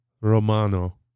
Romano